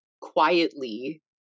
quietly